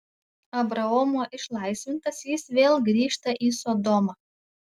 abraomo išlaisvintas jis vėl grįžta į sodomą